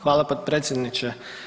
Hvala potpredsjedniče.